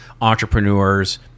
entrepreneurs